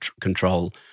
control